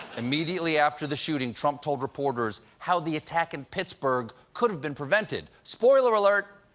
immediately after the shooting, trump told reporters how the attack in pittsburgh could have been prevented. spoiler alert,